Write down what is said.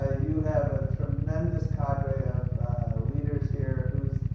ah you have a tremendous cadre of leaders here who's